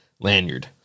lanyard